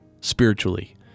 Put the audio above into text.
spiritually